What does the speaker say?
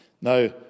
Now